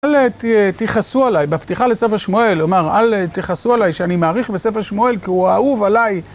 אל תכעסו עליי, בפתיחה לספר שמואל, הוא אמר אל תכעסו עליי שאני מאריך בספר השמואל כי הוא אהוב עליי.